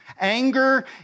Anger